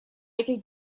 этих